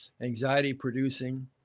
anxiety-producing